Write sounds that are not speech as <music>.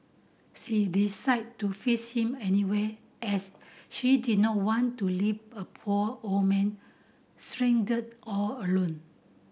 <unintelligible> decided to fetch him anyway as he did not want to leave a poor old man stranded all alone